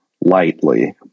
lightly